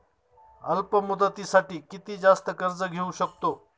अल्प मुदतीसाठी किती जास्त कर्ज घेऊ शकतो?